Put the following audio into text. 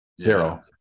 Zero